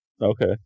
Okay